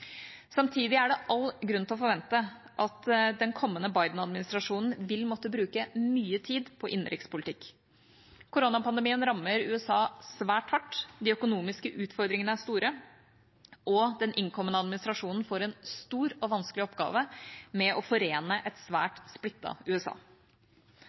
Samtidig er det grunn til å forvente at den kommende Biden-administrasjonen vil måtte bruke mye tid på innenrikspolitikk. Koronapandemien rammer USA svært hardt, de økonomiske utfordringene er store, og den innkommende administrasjonen får en stor og vanskelig oppgave med å forene et